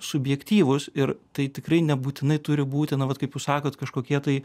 subjektyvūs ir tai tikrai nebūtinai turi būti na vat kaip jūs sakot kažkokie tai